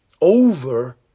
over